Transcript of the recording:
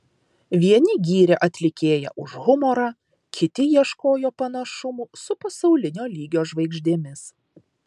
vieni gyrė atlikėją už humorą kiti ieškojo panašumų su pasaulinio lygio žvaigždėmis